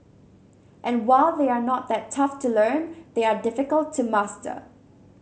and while they are not that tough to learn they are difficult to master